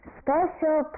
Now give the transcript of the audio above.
special